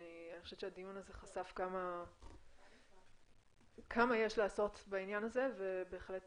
אני חושבת שהדיון הזה חשף כמה יש לעשות בעניין הזה ובהחלט